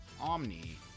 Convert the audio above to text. Omni